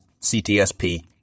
CTSP